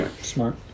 smart